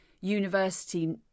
university